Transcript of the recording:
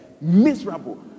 miserable